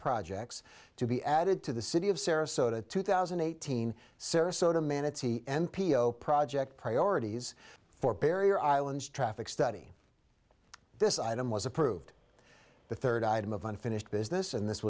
projects to be added to the city of sarasota two thousand and eighteen sarasota minutes he n p o project priorities for barrier islands traffic study this item was approved the third item of unfinished business and this